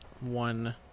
one